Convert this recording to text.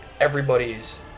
everybody's